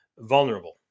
vulnerable